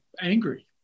angry